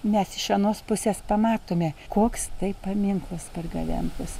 mes iš anos pusės pamatome koks tai paminklas pargabentas